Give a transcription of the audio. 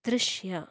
ದೃಶ್ಯ